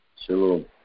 Shalom